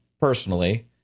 personally